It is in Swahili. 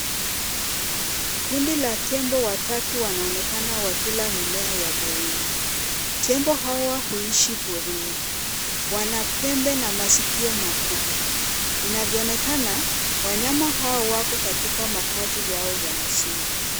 Kundi la tembo watatu wanaonekana wakila mimea ya porini. Tembo hawa huishi porini. Wana pembe na masikio makubwa. Inavyoonekana, wanyama hao wako katika makazi yao ya asili.